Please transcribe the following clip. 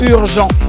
Urgent